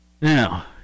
now